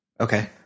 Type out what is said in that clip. Okay